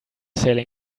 sailing